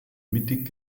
mittig